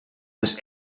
was